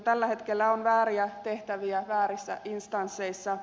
tällä hetkellä on vääriä tehtäviä väärissä instansseissa